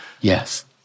Yes